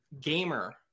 Gamer